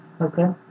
Okay